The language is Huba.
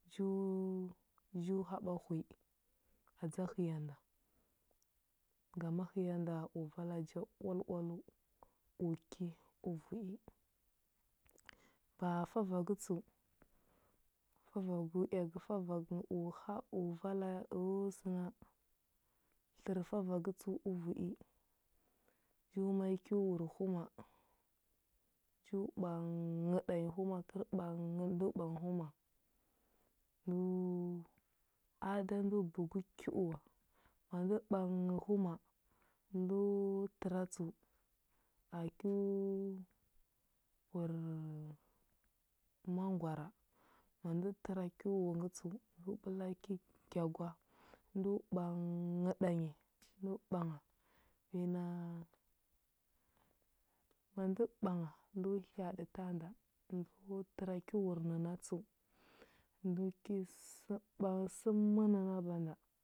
Ju- ju haɓa hwi adza həya nda. Ngama həya nda u vala ja oal oaləu, o ki o vu i. Ba favagə tsəu, favagəu eagə favagəu o va o vala o səna. Tlər favagə tsəu əvu i ju ma i kyo wur huma ju ɓa-nng ɗanyi huma kər ɓang ɗanyi ndo huma. Ənghə- a da ndo bəgə kiu wa. Ma ndo ɓang huma, ndo-təra tsəu, a kyo-wur- mangwara. ma ndə təra kyo wu ngə tsəu, ndo ɓəla ki gya gwa, ndo ɓa-nng ɗanyi, ndo ɓangha ma ndə ɓangha ndo hya aɗi ta nda, ndo təra kyo wur nəna tsəu ndo ki sə ɓə səm nəna banda.